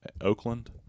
Oakland